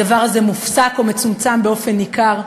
הדבר הזה מופסק או מצומצם באופן ניכר,